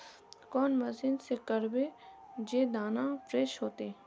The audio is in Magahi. कौन मशीन से करबे जे दाना फ्रेस होते?